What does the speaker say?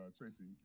Tracy